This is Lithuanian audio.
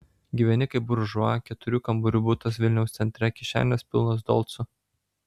gyveni kaip buržua keturių kambarių butas vilniaus centre kišenės pilnos dolcų